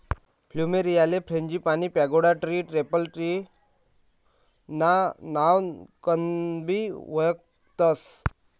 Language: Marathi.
फ्लुमेरीयाले frangipani, pagoda tree, temple tree ना नावकनबी वयखतस